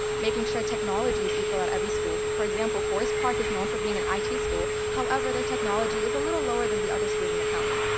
making sure technology is equal at every school, for example, forest park is known for being an i t. school, however, their technology is a little lower than the other schools in the county.